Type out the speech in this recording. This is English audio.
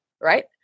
right